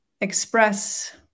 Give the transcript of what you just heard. express